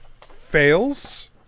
fails